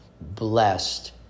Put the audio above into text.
blessed